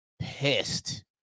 pissed